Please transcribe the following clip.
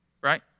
right